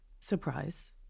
surprise